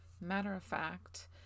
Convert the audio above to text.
matter-of-fact